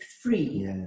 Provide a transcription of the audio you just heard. free